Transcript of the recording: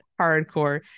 Hardcore